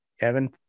Evan